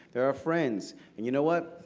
they're our friends. and you know what,